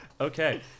Okay